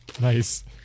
nice